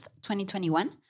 2021